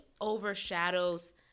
overshadows